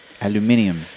aluminium